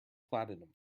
platinum